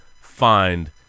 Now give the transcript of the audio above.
find